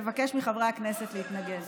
לבקש מחברי הכנסת להתנגד.